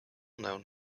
known